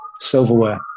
Silverware